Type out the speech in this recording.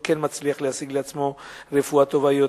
כן מצליח להשיג לעצמו רפואה טובה יותר,